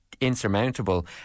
insurmountable